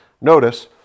Notice